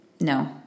no